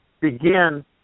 begin